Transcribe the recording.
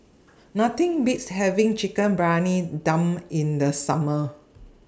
Nothing Beats having Chicken Briyani Dum in The Summer